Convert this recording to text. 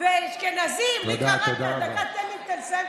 שבמשך שנים ארוכות הודר ולא קיבל את המקום הראוי לו סביב